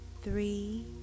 Three